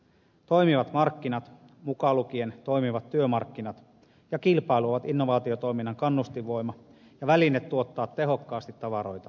toimivat markkinat mukaan lukien toimivat työmarkkinat ja kilpailu ovat innovaatiotoiminnan kannustinvoima ja väline tuottaa tehokkaasti tavaroita ja palveluita